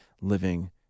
living